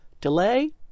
delay